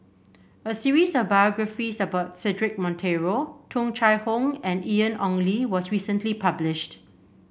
a series of biographies about Cedric Monteiro Tung Chye Hong and Ian Ong Li was recently published